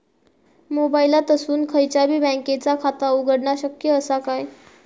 मोबाईलातसून खयच्याई बँकेचा खाता उघडणा शक्य असा काय?